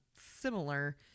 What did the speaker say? similar